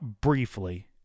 briefly